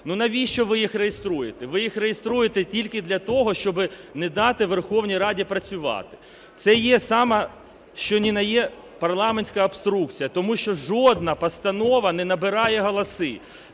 Ну, навіщо ви їх реєструєте? Ви їх реєструєте тільки для того, щоб не дати Верховній Раді працювати. Це є сама, що ні на є парламентська обструкція, тому що жодна постанова не набирає голоси.